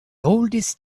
oldest